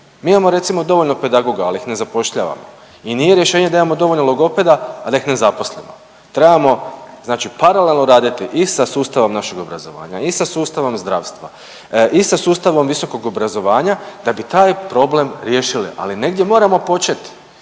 Mi imamo recimo dovoljno pedagoga, ali ih ne zapošljavamo i nije rješenje da imamo dovoljno logopeda, a da ih ne zaposlimo. Trebamo znači paralelno raditi i sa sustavom našeg obrazovanja i sa sustavom zdravstva i sa sustavom visokog obrazovanja da bi taj problem riješili, ali negdje moramo počet,